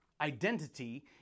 identity